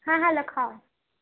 હા હા લખાવો